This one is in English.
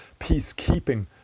peacekeeping